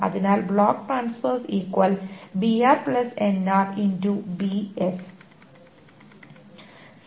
അതാണ് ബ്ലോക്ക് ട്രാൻസ്ഫറുകളുടെ ആകെ എണ്ണം